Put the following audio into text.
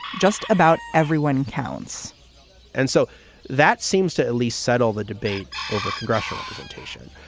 just about everyone counts and so that seems to at least settle the debate over congressional representation.